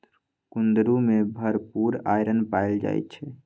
कुंदरू में भरपूर आईरन पाएल जाई छई